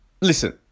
listen